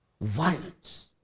violence